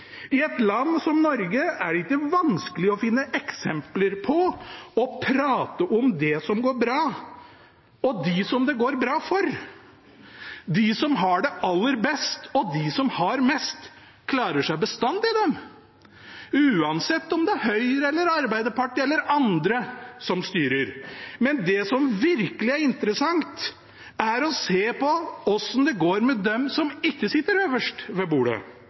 I et land som Norge er det ikke vanskelig å finne eksempler på og prate om det som går bra, og om dem som det går bra for. De som har det aller best, og de som har mest, klarer seg bestandig, de – uansett om det er Høyre, Arbeiderpartiet eller andre som styrer. Men det som virkelig er interessant, er å se på hvordan det går med dem som ikke sitter øverst ved